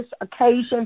occasion